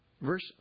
Verse